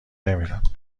نمیرم